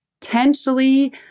potentially